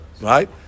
right